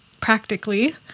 practically